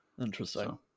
Interesting